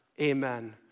Amen